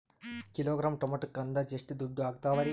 Kilogram ಟೊಮೆಟೊಕ್ಕ ಅಂದಾಜ್ ಎಷ್ಟ ದುಡ್ಡ ಅಗತವರಿ?